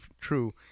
true